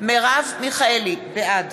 בעד